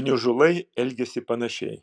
gniužulai elgiasi panašiai